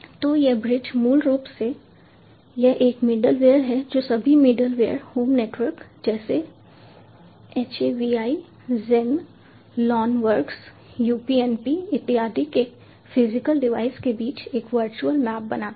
तो यह ब्रिज मूल रूप से यह एक मिडलवेयर है जो सभी मिडलवेयर होम नेटवर्क जैसे HAVI Jinl LonWorks UPnP इत्यादि के फिजिकल डिवाइस के बीच एक वर्चुअल मैप बनाता है